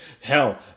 Hell